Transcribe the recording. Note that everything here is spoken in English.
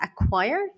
acquire